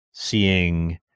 Seeing